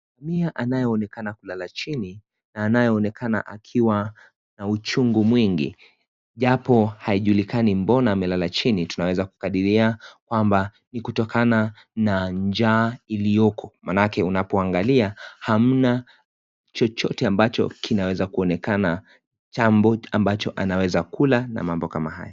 Umia anaye onekana kulala chini na anayeonekana akiwa na uchungu mwingi japo haijulikani mbona amelala chini, tunaweza kukadiria kwamba ni kutokana na njaa iliyoko, manake unapoangalia hamna chochote ambacho kinaweza kuonekana, jambo ambacho anawezakula na mambo kama hayo.